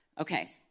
Okay